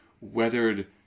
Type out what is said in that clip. weathered